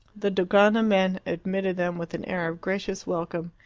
the dogana men admitted them with an air of gracious welcome,